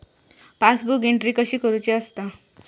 Passbook entry कशी करुची असता?